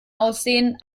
aussehen